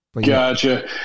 Gotcha